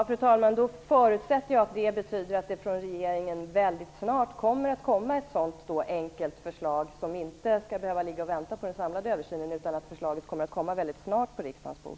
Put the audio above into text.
Fru talman! Då förutsätter jag att det betyder att regeringen väldigt snart kommer att lägga fram ett sådant enkelt förslag, att det inte skall behöva ligga och vänta på den samlade översynen utan att förslaget väldigt snart kommer att läggas fram på riksdagens bord.